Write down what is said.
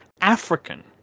African